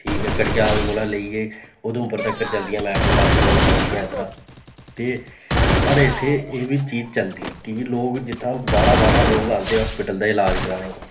ठीक ऐ कड़गयाल कोला लेइयै उधमपुरा तक चलदियां मेटाडोरां अप डोन करदियां इद्धरा ते साढ़े इत्थें एह् बी चीज़ चलदी की जे लोग जित्थां बाह्रा बाह्रा लोग आंदे हॉस्पिटल दा इलाज कराने